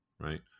Right